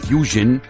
Fusion